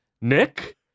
Nick